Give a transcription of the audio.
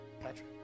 Patrick